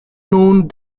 nun